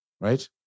Right